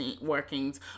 workings